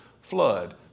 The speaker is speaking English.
flood